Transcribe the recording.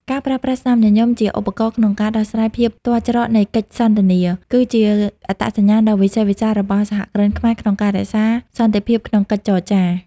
ការប្រើប្រាស់ "ស្នាមញញឹម" ជាឧបករណ៍ក្នុងការដោះស្រាយភាពទាល់ច្រកនៃកិច្ចសន្ទនា គឺជាអត្តសញ្ញាណដ៏វិសេសវិសាលរបស់សហគ្រិនខ្មែរក្នុងការរក្សាសន្តិភាពក្នុងកិច្ចចរចា។